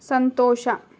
ಸಂತೋಷ